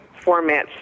formats